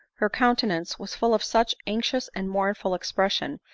her countenance was full of such anxious and mournful expression,